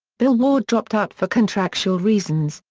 bill ward dropped out for contractual reasons,